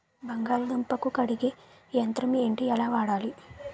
బంగాళదుంప ను కడిగే యంత్రం ఏంటి? ఎలా వాడాలి?